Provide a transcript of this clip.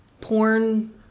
porn